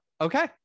okay